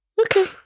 Okay